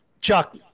Chuck